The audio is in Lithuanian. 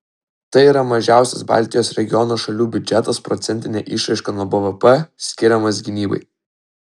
tai yra mažiausias baltijos regiono šalių biudžetas procentine išraiška nuo bvp skiriamas gynybai